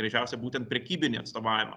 greičiausia būtent prekybinį atstovavimą